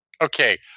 Okay